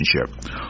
relationship